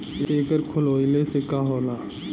एकर खोलवाइले से का होला?